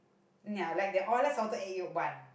mm ya i like t~ oh I like salted egg yolk bun